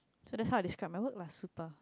to the help describe my hope are super